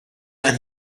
qed